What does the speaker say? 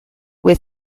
with